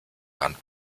brand